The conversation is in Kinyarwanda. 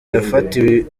yafatiwe